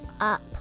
up